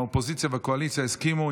האופוזיציה והקואליציה הסכימו,